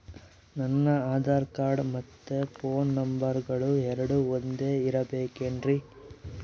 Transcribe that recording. ನನ್ನ ಆಧಾರ್ ಕಾರ್ಡ್ ಮತ್ತ ಪೋನ್ ನಂಬರಗಳು ಎರಡು ಒಂದೆ ಇರಬೇಕಿನ್ರಿ?